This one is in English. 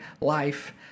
life